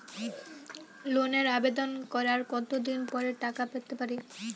লোনের আবেদন করার কত দিন পরে টাকা পেতে পারি?